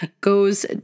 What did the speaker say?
goes